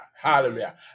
Hallelujah